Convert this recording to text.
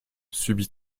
subit